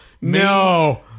no